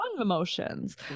emotions